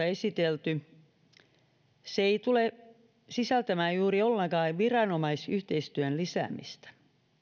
esitelty ei tule sisältämään juuri ollenkaan viranomaisyhteistyön lisäämistä